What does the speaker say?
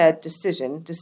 decision